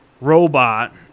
robot